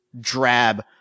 drab